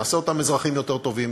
נעשה אותם אזרחים יותר טובים,